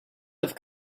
have